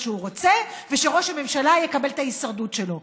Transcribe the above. שהוא רוצה ושראש הממשלה יקבל את ההישרדות שלו.